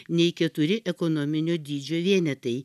nei keturi ekonominio dydžio vienetai